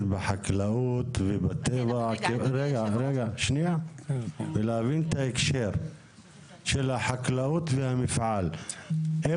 בחקלאות ובטבע ולהבין את ההקשר של החקלאות והמפעל,